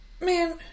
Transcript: Man